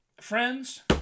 Friends